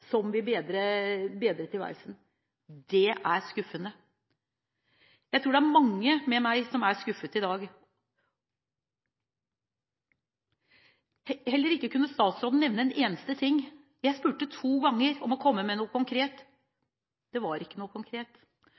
som vil bedre tilværelsen. Det er skuffende. Jeg tror mange med meg er skuffet i dag. Heller ikke statsråden kunne nevne en eneste ting. Jeg spurte to ganger om å komme med noe konkret, men det var ikke noe konkret,